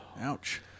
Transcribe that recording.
Ouch